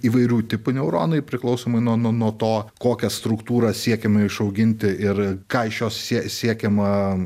įvairių tipų neuronų ir priklausomai nuo nuo nuo to kokią struktūrą siekiama išauginti ir ką iš jos sie siekiama